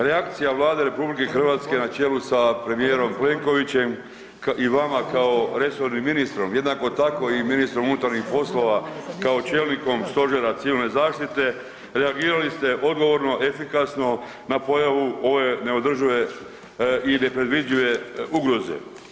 Reakcija Vlade RH na čelu sa premijerom Plenkovićem i vama kao resornim ministrom, jednako tako i ministrom unutarnjih poslova kao čelnikom stožera civilne zaštite reagirali ste odgovorno, efikasno na pojavu ove neodržive i nepredvidljive ugroze.